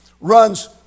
runs